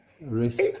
risk